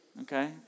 okay